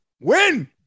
Win